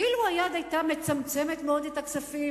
אילו היד היתה מצמצמת מאוד את הכספים,